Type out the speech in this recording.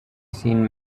seen